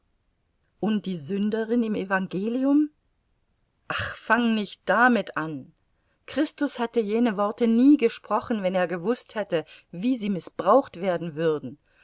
und die sünderin im evangelium ach fang nicht damit an christus hätte jene worte nie gesprochen wenn er gewußt hätte wie sie mißbraucht werden würden